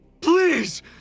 Please